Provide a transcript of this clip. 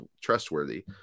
trustworthy